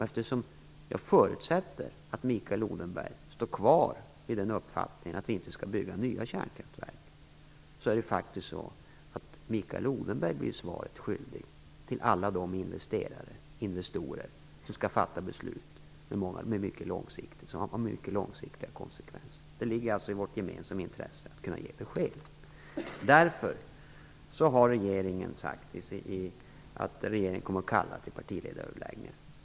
Eftersom jag förutsätter att Mikael Odenberg står kvar vid den uppfattningen att vi inte skall bygga nya kärnkraftverk, blir han faktiskt svaret skyldig till alla investerare som skall fatta beslut som får mycket långsiktiga konsekvenser. Det ligger alltså i vårt gemensamma intresse att kunna ge besked. Därför har regeringen sagt att man kommer att kalla till partiöverläggningar.